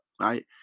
right